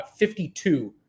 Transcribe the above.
52